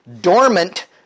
dormant